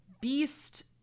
Beast